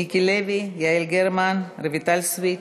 מיקי לוי, יעל גרמן, רויטל סויד,